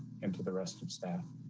into the rest of staff.